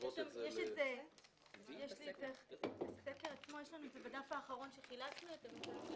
יש את הסקר בדף האחרון שחילקנו.